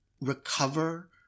recover